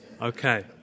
Okay